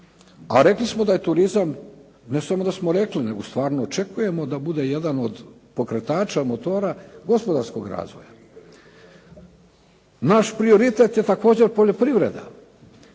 A rekli smo da je turizam, ne samo da smo rekli nego stvarno očekujemo da bude jedan od pokretača, motora gospodarskog razvoja. Naš prioritet je također poljoprivreda,